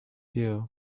you